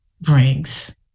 brings